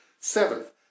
Seventh